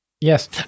yes